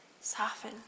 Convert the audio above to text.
Soften